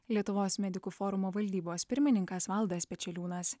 lietuvos medikų forumo valdybos pirmininkas valdas pečeliūnas